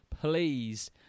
please